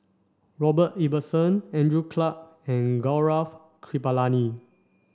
Robert Ibbetson Andrew Clarke and Gaurav Kripalani